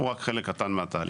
הוא רק חלק קטן מהתהליך.